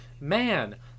man